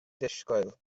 disgwyl